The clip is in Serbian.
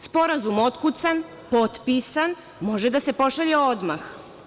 Sporazuma otkucan, potpisan, može da se pošalje odmah.